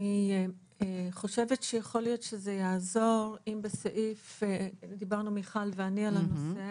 אני חושבת שיכול להיות שזה יעזור דיברנו מיכל ואני על הנושא